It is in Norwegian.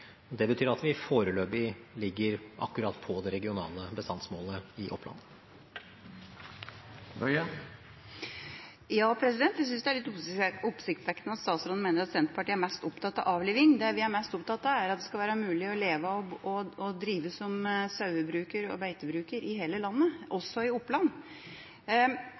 Det betyr at vi foreløpig ligger akkurat på det regionale bestandsmålet i Oppland. Jeg synes det er litt oppsiktsvekkende at statsråden mener at Senterpartiet er mest opptatt av avliving. Det vi er mest opptatt av, er at det skal være mulig å leve av å drive sauebruk og beitebruk i hele landet, også i Oppland.